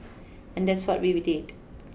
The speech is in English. and that's what we did